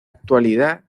actualidad